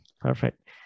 Perfect